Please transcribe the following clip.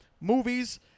movies